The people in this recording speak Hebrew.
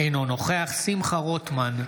אינו נוכח שמחה רוטמן,